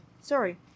sorry